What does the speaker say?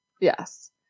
Yes